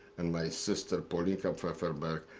and my sister, paulinka pfefferberg.